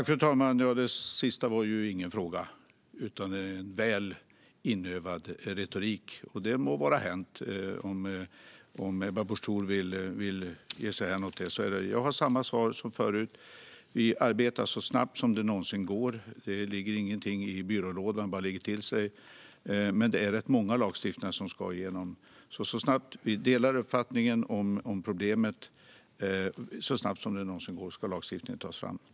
Fru talman! Det sista var ingen fråga utan väl inövad retorik. Det må vara hänt om Ebba Busch Thor vill ge sig hän åt det. Jag har samma svar som förut, nämligen att vi arbetar så snabbt som det någonsin går. Inget ligger till sig i byrålådan. Men det är rätt många lagstiftningar som ska gå igenom. Vi delar uppfattningen om problemet, och så snabbt som det någonsin går ska lagstiftningen tas fram.